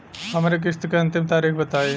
हमरे किस्त क अंतिम तारीख बताईं?